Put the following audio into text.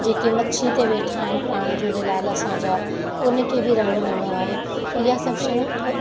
जेके मछी ते वेठा आहिनि पाण झूलेलाल असांजा उनखे बि रंगु ॾियणो आहे इहा सभु शयूं थो